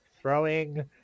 throwing